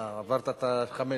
עברת את החמש.